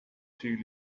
two